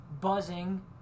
Buzzing